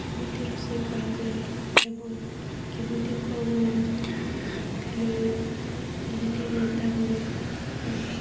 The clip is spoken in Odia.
କେମିତି ରୋଷେଇ କରାଯାଏ ଏବଂ କେମିତି କ'ଣ ରାନ୍ଧିଲେ କେମିତି ରନ୍ଧା ହୁଏ ଏବଂ